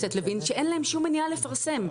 שאין להם שום מניעה לפרסם.